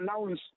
announce